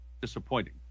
Disappointing